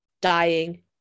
dying